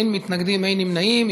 אין מתנגדים ואין נמנעים.